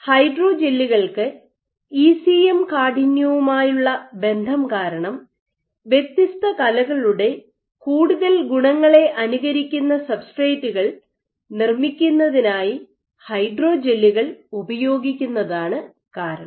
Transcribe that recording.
ഹൈഡ്രോജെല്ലുകൾക്ക് ECM കാഠിന്യവുമായുള്ള ബന്ധം കാരണം വ്യത്യസ്ത കലകളുടെ കൂടുതൽ ഗുണങ്ങളെ അനുകരിക്കുന്ന സബ്സ്ട്രേറ്റുകൾ നിർമ്മിക്കുന്നതിനായി ഹൈഡ്രോജെല്ലുകൾ ഉപയോഗിക്കുന്നതാണ് കാരണം